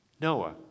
Noah